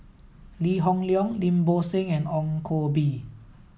Lee Hoon Leong Lim Bo Seng and Ong Koh Bee